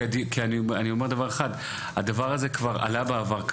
כי הנושא הזה כבר עלה בעבר,